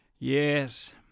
Yes